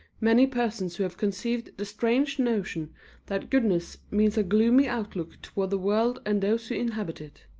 many persons who have conceived the strange notion that goodness means a gloomy outlook toward the world and those who inhabit it.